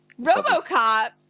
Robocop